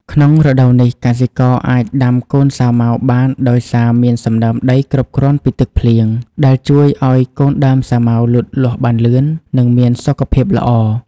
ក្នុងរដូវនេះ កសិករអាចដាំកូនសាវម៉ាវបានដោយសារមានសំណើមដីគ្រប់គ្រាន់ពីទឹកភ្លៀង ដែលជួយឲ្យកូនដើមសាវម៉ាវលូតលាស់បានលឿន និងមានសុខភាពល្អ។